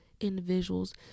individuals